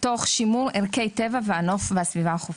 תוך שימור ערכי הטבע והנוף בסביבה החופית.